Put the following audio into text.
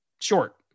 Short